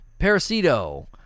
Parasito